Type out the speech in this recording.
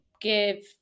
give